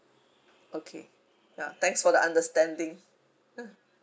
okay ya thanks for the understanding mm